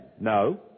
No